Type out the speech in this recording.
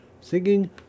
singing